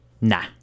Nah